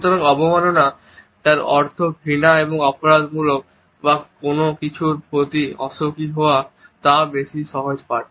সুতরাং অবমাননা যার অর্থ মূলত ঘৃণা বা অপরাধবোধ বা কোনো কিছুর প্রতি অসুখী হওয়া তাও বেশ সহজ পাঠ